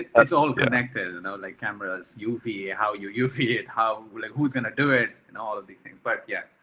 it's all connected and like cameras, uv how you uv it, how, like who's gonna do it and all of these things, but yeah,